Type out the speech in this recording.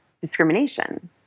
discrimination